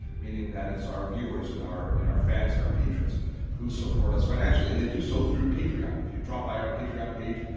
meaning that it's our viewers, and our and our fans and our patrons who support us financially and then do so through patreon. if you drop by our patreon page,